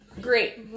great